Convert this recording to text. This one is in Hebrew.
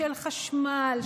של חשמל,